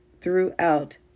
throughout